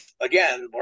again